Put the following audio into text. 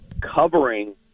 covering